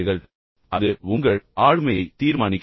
எனவே அது மீண்டும் உங்கள் ஆளுமையை தீர்மானிக்கிறது